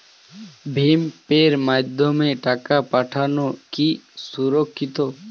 ভিম পের মাধ্যমে টাকা পাঠানো কি সুরক্ষিত?